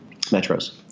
metros